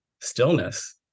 stillness